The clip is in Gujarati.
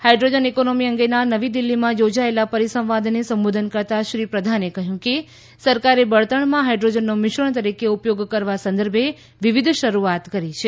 હાઈડ્રોજન ઇકોનોમી અંગેના નવી દિલ્હીમાં યોજેલા પરિસંવાદને સંબોધન કરતાં શ્રી પ્રધાને કહ્યું કે સરકારે બળતણમાં હાઇડ્રોજનનો મિશ્રણ તરીકે ઉપયોગ કરવા સંદર્ભે વિવિધ શરૂઆત કરી છે